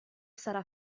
sarà